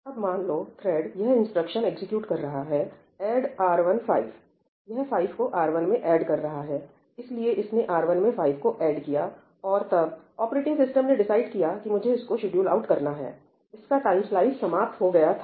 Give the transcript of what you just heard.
अब मान लो थ्रेड यह इंस्ट्रक्शन एग्जीक्यूट कर रहा है 'ऐड R1 5 यह 5 को R1 में ऐड कर रहा है इसलिए इसने R1 में 5 को ऐड किया और तब ऑपरेटिंग सिस्टम ने डिसाइड किया कि मुझे इसको शेड्यूल आउट करना है इसका टाइम स्लाइस समाप्त हो गया था